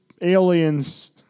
aliens